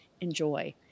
enjoy